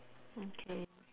okay